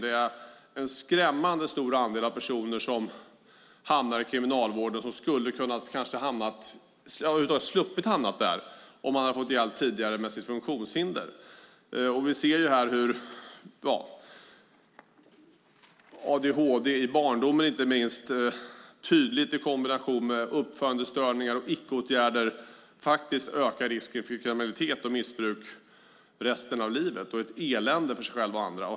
Det är en skrämmande stor andel av personerna som hamnar i kriminalvården som skulle ha kunnat slippa hamna där om de hade fått hjälp tidigare med sitt funktionshinder. Adhd i barndomen ökar risken för kriminalitet och missbruk under resten av livet, inte minst i kombination med uppförandestörningar och icke-åtgärder. De blir ett elände för sig själva och andra.